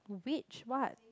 which what